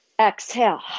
Exhale